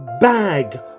bag